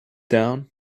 down